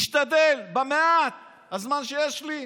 משתדל במעט הזמן שיש לי.